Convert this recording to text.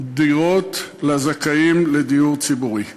דירות לזכאים לדיור ציבורי.